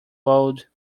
old